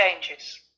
changes